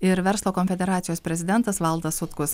ir verslo konfederacijos prezidentas valdas sutkus